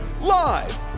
Live